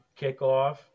kickoff